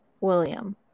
William